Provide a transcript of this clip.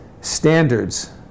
Standards